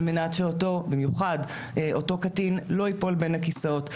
על מנת שאותו קטין לא ייפול בין הכיסאות.